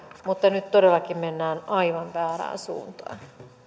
mutta nyt todellakin mennään aivan väärään suuntaan